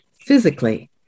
physically